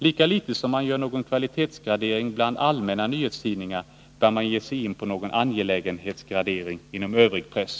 Lika litet som man gör någon kvalitetsgradering bland allmänna nyhetstidningar, bör man ge sig in på någon angelägenhetsgradering inom övrig press.